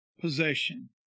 possession